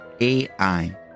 AI